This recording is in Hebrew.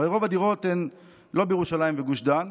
הרי רוב הדירות הן לא בירושלים וגוש דן,